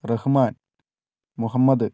Rahman Muhammad